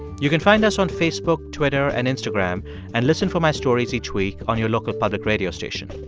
you can find us on facebook, twitter and instagram and listen for my stories each week on your local public radio station.